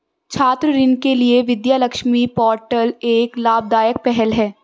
छात्र ऋण के लिए विद्या लक्ष्मी पोर्टल एक लाभदायक पहल है